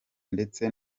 ndetse